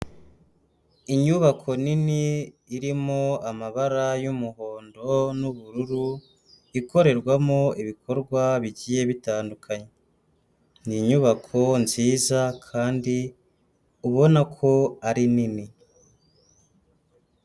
Inyubako nini irimo amabara y'umuhondo n'ubururu ikorerwamo ibikorwa bigiye bitandukanye, ni inyubako nziza kandi ubona ko ari nini.